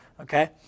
okay